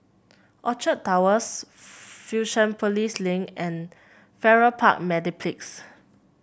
Orchard Towers Fusionopolis Link and Farrer Park Mediplex